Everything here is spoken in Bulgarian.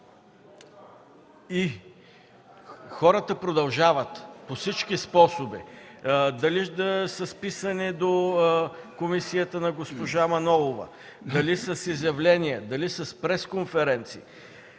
и хората продължават по всички способи: дали с писане до комисията на госпожа Манолова, дали с изявление, дали с пресконференции,